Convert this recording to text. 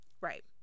Right